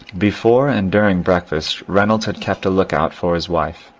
before and during breakfast reynolds had kept a look-out for his wife.